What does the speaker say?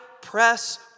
press